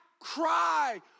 cry